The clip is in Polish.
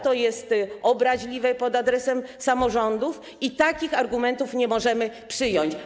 To jest obraźliwe stwierdzenie pod adresem samorządów i takich argumentów nie możemy przyjąć.